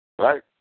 Right